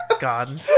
God